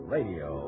Radio